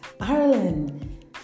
Ireland